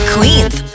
Queen's